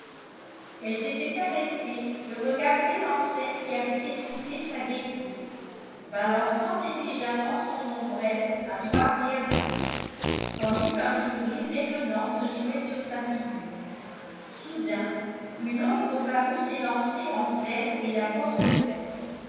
elle s'était arrêtée et regardait l'enseigne qui avait excité sa gaieté balançant négligemment son ombrelle à droite et à gauche tandis qu'un sourire rayonnant se jouait sur sa figure soudain une ombre parut s'élancer entre elle et la porte ouverte